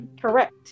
correct